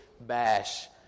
bash